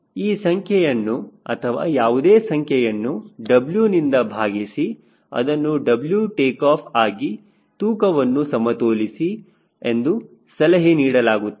ಹೀಗಾಗಿ ಈ ಸಂಖ್ಯೆಯನ್ನು ಅಥವಾ ಯಾವುದೇ ಸಂಖ್ಯೆಯನ್ನು W ನಿಂದ ಭಾಗಿಸಿ ಅದನ್ನು W ಟೇಕಾಫ್ ಆಗಿ ತೂಕವನ್ನು ಸಮತೋಲಿಸಿ ಎಂದು ಸಲಹೆ ನೀಡಲಾಗುತ್ತದೆ